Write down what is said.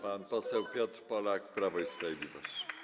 Pan poseł Piotr Polak, Prawo i Sprawiedliwość.